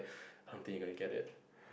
I don't think you are gonna get it